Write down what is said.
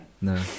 No